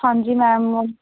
ਹਾਂਜੀ ਮੈਮ